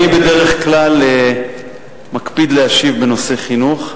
אני בדרך כלל מקפיד להשיב בנושא חינוך,